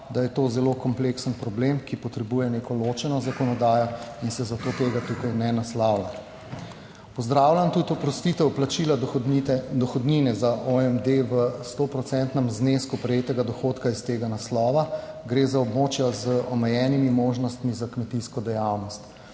da je to zelo kompleksen problem, ki potrebuje neko ločeno zakonodajo in se zato tega tukaj ne naslavlja. Pozdravljam tudi oprostitev plačila dohodnine, dohodnine za OMD v sto procentnem znesku prejetega dohodka iz tega naslova; gre za območja z omejenimi možnostmi za kmetijsko dejavnost.